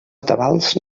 tabals